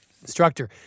instructor